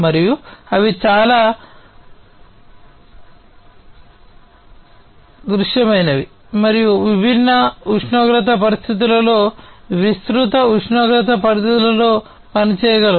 మరియు అవి చాలా దృడమైనవి మరియు విభిన్న ఉష్ణోగ్రత పరిస్థితులలో విస్తృత ఉష్ణోగ్రత పరిధిలో పనిచేయగలవు